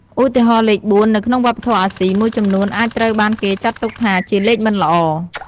ឧទាហរណ៍ លេខ ៤ នៅក្នុងវប្បធម៌អាស៊ីមួយចំនួនអាចត្រូវបានគេចាត់ទុកថាជាលេខមិនល្អ។